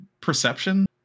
perception